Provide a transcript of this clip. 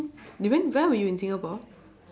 you mean while you were in singapore